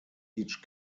each